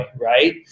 right